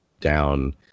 down